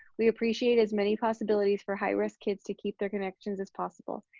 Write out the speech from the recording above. we appreciate as many possibilities for high risk kids to keep their connections as possible.